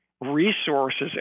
resources